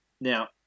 Now